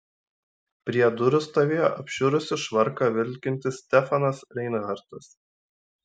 prie durų stovėjo apšiurusį švarką vilkintis stefanas reinhartas